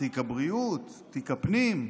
תיק הבריאות, תיק הפנים.